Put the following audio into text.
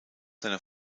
seiner